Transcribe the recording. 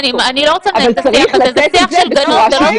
אבל צריך לתת את זה בצורה שוויונית.